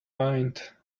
mind